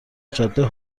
جاده